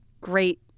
great